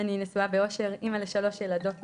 אני נשואה באושר, אמא לשלוש ילדות מופלאות,